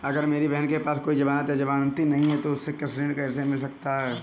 अगर मेरी बहन के पास कोई जमानत या जमानती नहीं है तो उसे कृषि ऋण कैसे मिल सकता है?